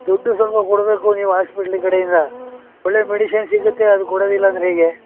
ದುಡ್ಡು ಸ್ವಲ್ಪ ಕೊಡಬೇಕು ನೀವು ಹಾಸ್ಪಿಟ್ಲ್ ಕಡೆಯಿಂದ ಒಳ್ಳೆಯ ಮೆಡಿಷಿನ್ ಸಿಗುತ್ತೆ ಅದು ಕೊಡೋದಿಲ್ಲ ಅಂದ್ರೆ ಹೇಗೆ